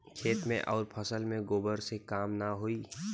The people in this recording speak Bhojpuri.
खेत मे अउर फसल मे गोबर से कम ना होई?